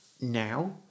now